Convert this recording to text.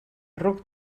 ruc